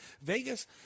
Vegas